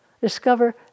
discover